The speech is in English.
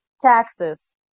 taxes